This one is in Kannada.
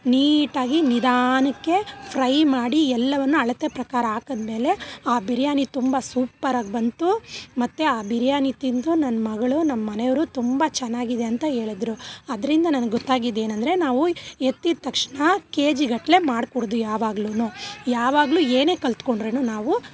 ನೀಟಾಗಿ ನಿಧಾನಕ್ಕೆ ಫ್ರೈ ಮಾಡಿ ಎಲ್ಲವನ್ನು ಅಳತೆ ಪ್ರಕಾರ ಹಾಕದ್ಮೇಲೆ ಆ ಬಿರಿಯಾನಿ ತುಂಬ ಸೂಪ್ಪರಾಗಿ ಬಂತು ಮತ್ತು ಆ ಬಿರಿಯಾನಿ ತಿಂದು ನನ್ನ ಮಗಳು ನಮ್ಮಮನೆಯವ್ರು ತುಂಬ ಚೆನ್ನಾಗಿದೆ ಅಂತ ಹೇಳುದ್ರು ಅದರಿಂದ ನನಗೆ ಗೊತ್ತಾಗಿದ್ದೇನಂದರೆ ನಾವು ಎತ್ತಿದ ತಕ್ಷಣ ಕೆಜಿ ಗಟ್ಲೆ ಮಾಡಕೂಡ್ದು ಯಾವಗ್ಲು ಯಾವಾಗ್ಲು ಏನೇ ಕಲಿತ್ಕೊಂಡ್ರು ನಾವು